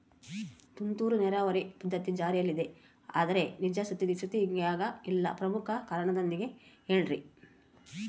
ತುಂತುರು ನೇರಾವರಿ ಪದ್ಧತಿ ಜಾರಿಯಲ್ಲಿದೆ ಆದರೆ ನಿಜ ಸ್ಥಿತಿಯಾಗ ಇಲ್ಲ ಪ್ರಮುಖ ಕಾರಣದೊಂದಿಗೆ ಹೇಳ್ರಿ?